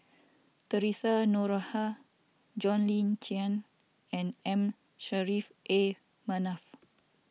theresa Noronha John Le Cain and M Saffri A Manaf